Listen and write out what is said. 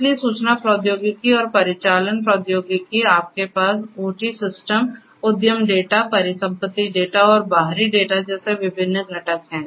इसलिए सूचना प्रौद्योगिकी और परिचालन प्रौद्योगिकी आपके पास ओटी सिस्टम उद्यम डेटा परिसंपत्ति डेटा और बाहरी डेटा जैसे विभिन्न घटक हैं